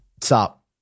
Stop